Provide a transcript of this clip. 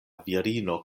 virino